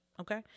okay